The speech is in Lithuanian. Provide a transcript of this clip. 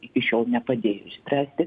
iki šiol nepadėjo išspręsti